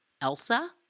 Elsa